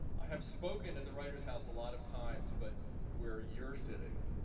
i have spoken at the writers house a lot of times but where you're sitting